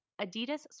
Adidas